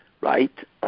right